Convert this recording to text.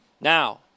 Now